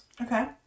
Okay